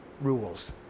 rules